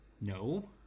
No